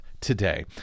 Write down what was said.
today